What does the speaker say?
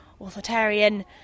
authoritarian